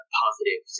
positive